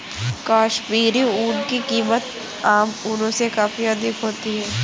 कश्मीरी ऊन की कीमत आम ऊनों से काफी अधिक होती है